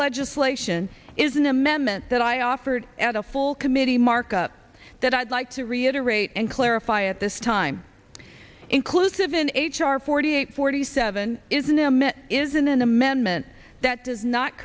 legislation is an amendment that i offered at a full committee markup that i'd like to reiterate and clarify at this time inclusive in h r forty eight forty seven is an m it is in an amendment that does not